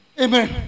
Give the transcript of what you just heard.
Amen